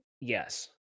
Yes